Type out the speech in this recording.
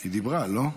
היא דיברה, לא?